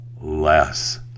Less